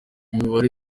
imibare